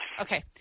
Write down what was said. Okay